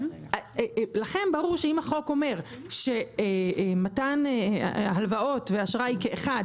לכם ברור שאם החוק אומר שמתן הלוואות ואשראי כאחד